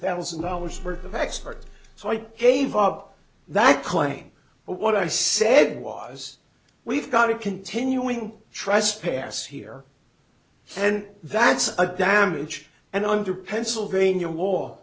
thousand dollars worth of expert so i gave up that claim but what i said was we've got a continuing trespass here and that's a damage and under pennsylvania